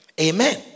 Amen